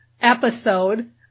episode